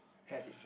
have it